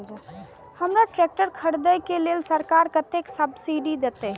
हमरा ट्रैक्टर खरदे के लेल सरकार कतेक सब्सीडी देते?